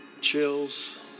chills